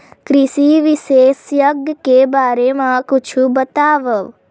कृषि विशेषज्ञ के बारे मा कुछु बतावव?